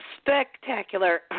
spectacular